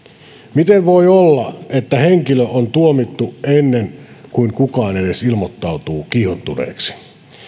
miten voi olla että henkilö on tuomittu ennen kuin kukaan edes ilmoittautuu kiihottuneeksi